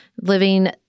living